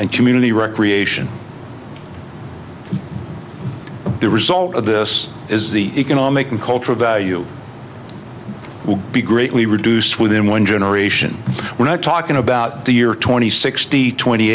and community recreation the result of this is the economic and cultural value would be greatly reduced within one generation we're not talking about the year tw